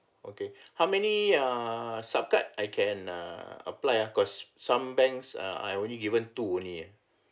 okay how many err sup card I can err apply ah cause some banks ah I only given two only ah